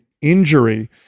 injury